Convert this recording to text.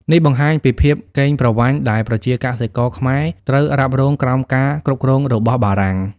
នេះបង្ហាញពីភាពកេងប្រវ័ញ្ចដែលប្រជាកសិករខ្មែរត្រូវរ៉ាប់រងក្រោមការគ្រប់គ្រងរបស់បារាំង។